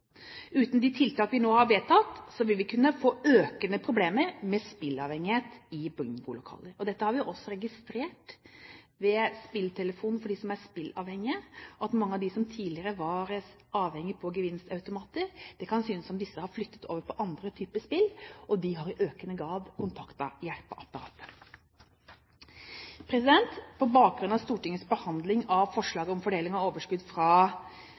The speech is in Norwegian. Uten de tiltak vi nå har vedtatt, vil vi kunne få økende problemer med spilleavhengighet i bingolokaler. Dette har vi også registrert ved spilltelefon for dem som er spilleavhengige. Det kan synes som om mange av dem som tidligere var avhengige på gevinstautomater, har flyttet over til andre typer spill, og de har i økende grad kontaktet hjelpeapparatet. På bakgrunn av Stortingets behandling av forslaget om fordeling av overskudd fra